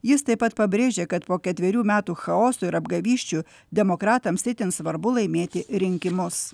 jis taip pat pabrėžė kad po ketverių metų chaoso ir apgavysčių demokratams itin svarbu laimėti rinkimus